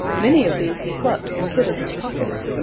many of these he plucked and put in his pockets,